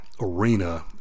arena